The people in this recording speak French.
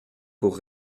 pour